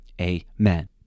amen